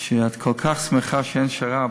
את כל כך שמחה שאין שר"פ.